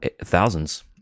thousands